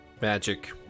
magic